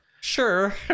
sure